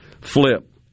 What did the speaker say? flip